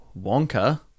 Wonka